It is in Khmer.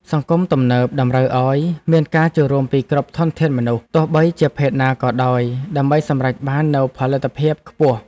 សង្គមទំនើបតម្រូវឱ្យមានការចូលរួមពីគ្រប់ធនធានមនុស្សទោះបីជាភេទណាក៏ដោយដើម្បីសម្រេចបាននូវផលិតភាពខ្ពស់។